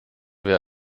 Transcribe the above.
wir